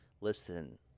Listen